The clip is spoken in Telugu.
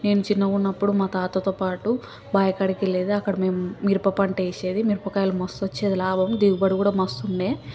నేను చిన్నగున్నప్పుడు మా తాతతో పాటు బాయికాడికి వెళ్ళేది అక్కడ మేము మిరపపంట వేసేది మిరపకాయలు మస్తోచ్చేది లాభం దిగుబడి కూడా మస్తుండే